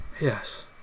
Yes